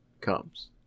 comes